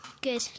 Good